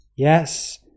Yes